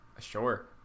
sure